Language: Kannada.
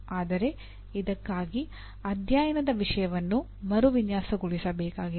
ಆದರೆ ಇದಕ್ಕಾಗಿ ಅಧ್ಯಯನದ ವಿಷಯವನ್ನು ಮರುವಿನ್ಯಾಸಗೊಳಿಸಬೇಕಾಗಿದೆ